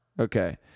Okay